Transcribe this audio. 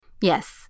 Yes